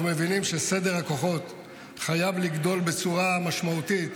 אנחנו מבינים שסדר הכוחות חייב לגדול בצורה משמעותית